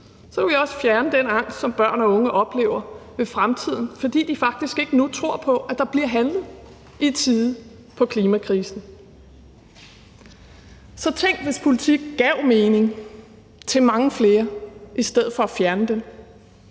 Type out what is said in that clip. vi jo også fjerne den angst, som børn og unge oplever for fremtiden, fordi de faktisk ikke tror på, at der bliver handlet i tide i forhold til klimakrisen. Så tænk, hvis politik gav mening til mange flere i stedet for at fjerne den.